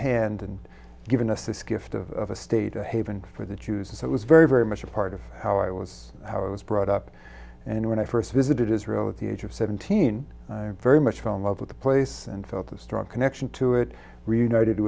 hand and given us this gift of a state a haven for the jews and that was very very much a part of how i was how i was brought up and when i first visited israel at the age of seventeen i very much i fell in love with the place and felt a strong connection to it reunited